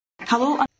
Hello